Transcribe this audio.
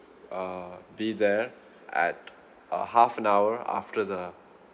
err be there at uh half an hour after the